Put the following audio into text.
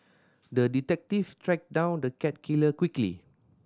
the detective tracked down the cat killer quickly